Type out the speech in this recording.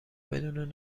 بدون